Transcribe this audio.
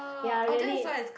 ya really